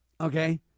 okay